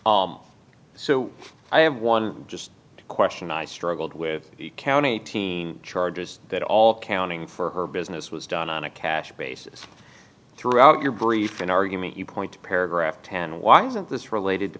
so i have one just question i struggled with county teen charges that all accounting for business was done on a cash basis throughout your brief an argument you point to paragraph ten why isn't this related to